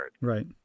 Right